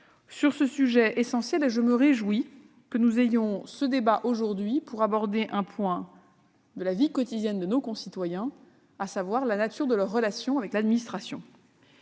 sur ce sujet essentiel. Je me réjouis que nous ayons ce débat aujourd'hui pour aborder un point de la vie quotidienne de nos concitoyens : la nature de leurs relations avec l'administration.